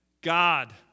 God